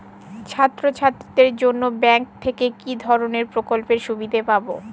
ছাত্রছাত্রীদের জন্য ব্যাঙ্ক থেকে কি ধরণের প্রকল্পের সুবিধে পাবো?